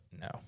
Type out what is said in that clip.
no